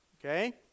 Okay